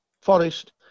Forest